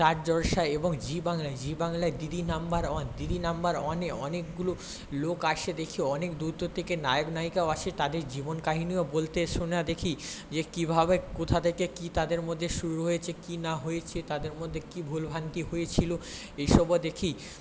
star Jalsha এবং Zee Bangla Zee বাংলায় Didi number one Didi number ওয়ানে অনেকগুলো লোক আসে দেখি অনেক দূর দূর থেকে নায়ক নায়িকাও আসে তাদের জীবনকাহিনিও বলতে শোনা দেখি যে কীভাবে কোথা থেকে কী তাদের মধ্যে শুরু হয়েছে কী না হয়েছে তাদের মধ্যে কী ভুলভ্রান্তি হয়েছিল এইসবও দেখি